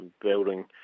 building